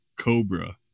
cobra